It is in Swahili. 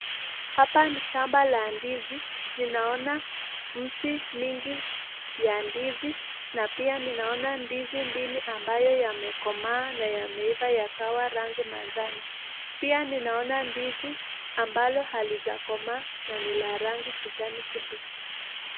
Hapa ni shamba la ndizi. Ninaona mti mingi ya ndizi na pia ninaona ndizi mbili ambayo yamekomaa na yameiva yakawa rangi manjano. Pia ninaona ndizi ambalo halijakomaa na ni la rangi kijani kibichi.